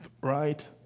Right